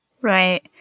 Right